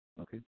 Okay